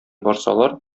барсалар